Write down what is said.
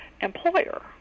employer